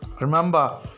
Remember